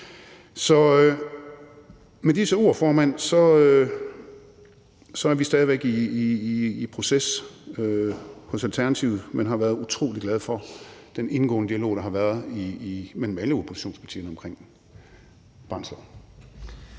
Så med disse ord, formand, er vi stadig væk i proces hos Alternativet, men har været utrolig glade for den indgående dialog, der har været mellem alle oppositionspartierne omkring barnets